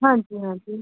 हाँ जी हाँ जी